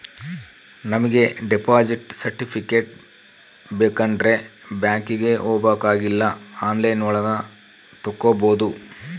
ನಮಿಗೆ deposit certificate ಬೇಕಂಡ್ರೆ ಬ್ಯಾಂಕ್ಗೆ ಹೋಬಾಕಾಗಿಲ್ಲ ಆನ್ಲೈನ್ ಒಳಗ ತಕ್ಕೊಬೋದು